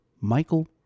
Michael